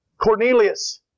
Cornelius